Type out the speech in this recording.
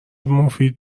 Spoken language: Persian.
مفید